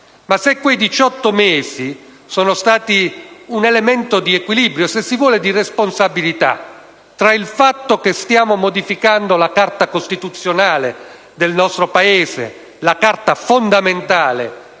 Ma se quei 18 mesi sono stati un elemento di equilibrio e - se si vuole - di responsabilità, per contemperare il fatto che stiamo modificando la Carta costituzionale del nostro Paese, la Carta fondamentale,